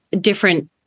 different